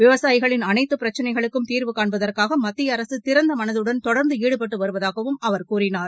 விவசாயிகளின் அனைத்து பிரச்சினைகளுக்கும் தீர்வு காண்பதற்காக மத்திய அரசு திறந்த மனதுடன் தொடர்ந்து ஈடுபட்டு வருவதாகவும் அவர் கூறினார்